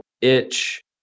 itch